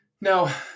Now